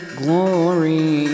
glory